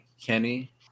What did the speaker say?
Kenny